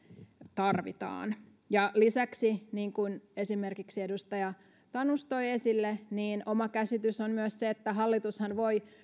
tarvitaan lisäksi niin kuin esimerkiksi edustaja tanus toi esille niin oma käsitys on myös se että hallitushan voi